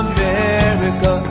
America